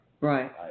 Right